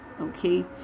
Okay